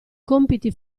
compiti